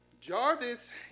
Jarvis